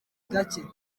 gacye